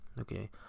okay